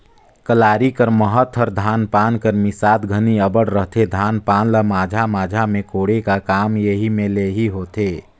कलारी कर महत हर धान पान कर मिसात घनी अब्बड़ रहथे, धान पान ल माझा माझा मे कोड़े का काम एही मे ले होथे